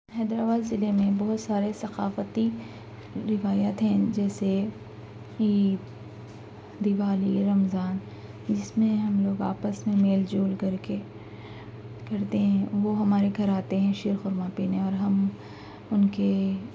حیدر آباد ضلعے میں بہت سارے ثقافتی روایت ہیں جیسے عید دیوالی رمضان جس میں ہم لوگ آپس میں میل جول کر کے کرتے ہیں وہ ہمارے گھر آتے ہیں شیر قورمہ پینے اور ہم اُن کے